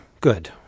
Good